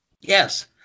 Yes